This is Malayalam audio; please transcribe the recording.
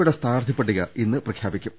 യുടെ സ്ഥാനാർഥിപ്പട്ടിക ഇന്ന് പ്രഖ്യാപിക്കും